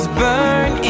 burn